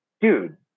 dude